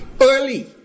Early